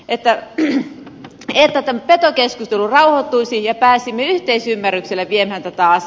että yhä mieltä että keskustelu raottuisi ja pääsimme yhteisymmärrykselle pienen taas